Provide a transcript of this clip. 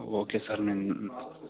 okay sir నేను